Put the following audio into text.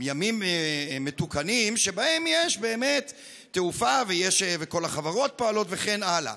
על ימים מתוקנים שבהם יש באמת תעופה וכל החברות פועלות וכן הלאה.